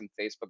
Facebook